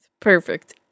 Perfect